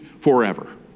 forever